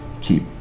keep